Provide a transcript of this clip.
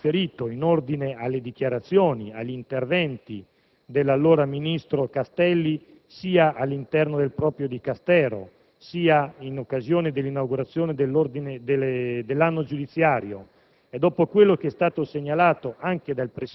Dopo quello che ho poco fa riferito in ordine alle dichiarazioni ed agli interventi dell'allora ministro Castelli sia all'interno del proprio Dicastero, sia in occasione dell'inaugurazione dell'anno giudiziario;